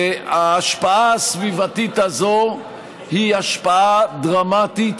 ההשפעה הסביבתית הזאת היא השפעה דרמטית